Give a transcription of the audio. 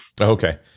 Okay